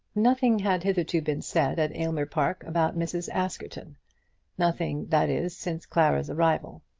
nothing had hitherto been said at aylmer park about mrs. askerton nothing, that is, since clara's arrival.